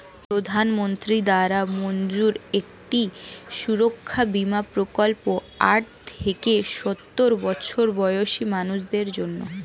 প্রধানমন্ত্রী দ্বারা মঞ্জুর একটি সুরক্ষা বীমা প্রকল্প আট থেকে সওর বছর বয়সী মানুষদের জন্যে